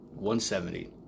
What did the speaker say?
170